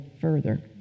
further